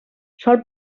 sol